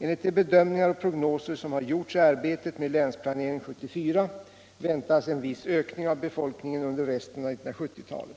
Enligt de bedömningar och prognoser som har gjorts i arbetet med Länsplanering 1974 väntas en viss ökning av befolkningen under resten av 1970-talet.